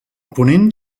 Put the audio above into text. ponent